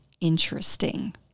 interesting